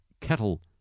Kettle